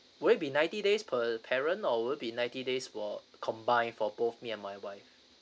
would it be ninety days per parent or would it be ninety days for combine for both me and my wife